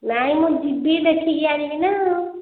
ନାଇଁ ମୁଁ ଯିବି ଦେଖିକି ଆଣିବି ନା ଆଉ